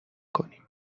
کنیم